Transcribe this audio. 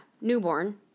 newborn